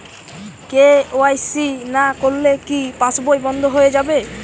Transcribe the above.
KYC না করলে কি পাশবই বন্ধ হয়ে যাবে?